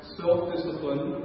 self-discipline